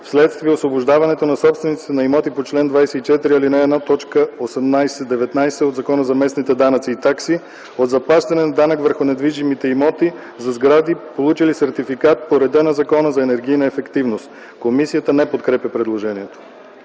вследствие освобождаването на собствениците на имоти по чл. 24, ал. 1, т. 18-19 от Закона за местните данъци и такси от заплащане на данък върху недвижимите имоти за сгради, получили сертификат по реда на Закона за енергийна ефективност.” Комисията не подкрепя предложението.